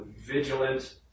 vigilant